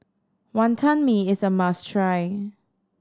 Wantan Mee is a must try